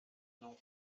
non